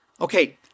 Okay